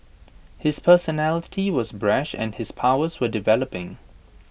his personality was brash and his powers were developing